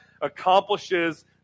accomplishes